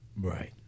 Right